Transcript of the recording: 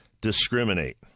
discriminate